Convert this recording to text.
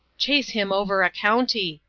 chase him over a county!